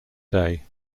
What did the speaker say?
day